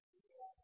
3